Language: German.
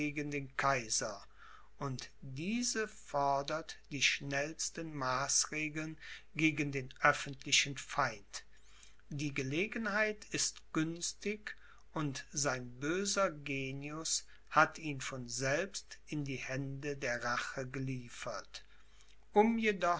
den kaiser und diese fordert die schnellsten maßregeln gegen den öffentlichen feind die gelegenheit ist günstig und sein böser genius hat ihn von selbst in die hände der rache geliefert um